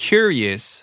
Curious